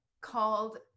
called